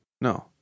No